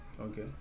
okay